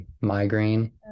migraine